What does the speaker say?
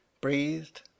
breathed